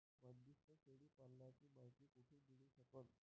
बंदीस्त शेळी पालनाची मायती कुठून मिळू सकन?